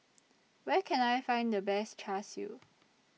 Where Can I Find The Best Char Siu